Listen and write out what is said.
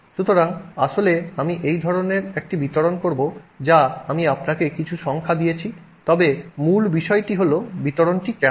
সুতরাং আসলে আমি এই ধরণের একটি বিতরণ করব যা আমি আপনাকে কিছু সংখ্যা দিয়েছি তবে মূল বিষয়টি হল বিতরণটি কেমন